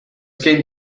gen